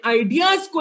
ideas